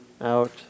out